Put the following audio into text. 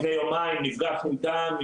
לפני יומיים נפגשנו איתם,